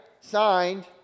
Signed